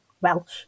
Welsh